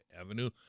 Avenue